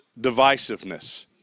divisiveness